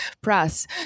press